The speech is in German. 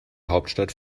hauptstadt